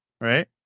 Right